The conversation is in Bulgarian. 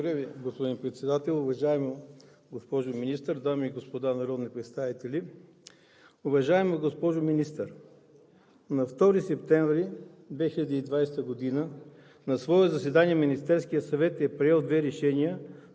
Ви, господин Председател. Уважаема госпожо Министър, дами и господа народни представители! Уважаема госпожо Министър, на 2 септември 2020 г. на свое заседание Министерският съвет е приел две решения,